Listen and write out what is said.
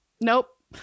Nope